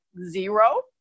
zero